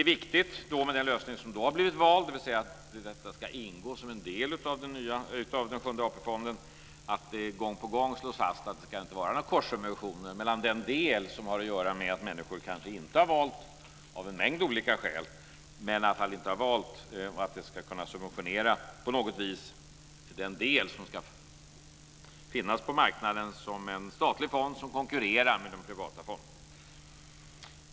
När det gäller den lösning som har blivit vald - dvs. att detta ska ingå som en del av den sjunde AP fonden - är det viktigt att det gång på gång slås fast att det inte ska vara några korssubventioner mellan den del som har att göra med att människor av en mängd olika skäl inte har valt fond och att detta ska subventionera den del som ska finnas på marknaden som en statlig fond som konkurrerar med de privata fonderna.